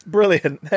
Brilliant